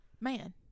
man